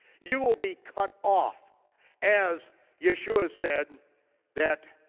you will be cut off as yeshua said that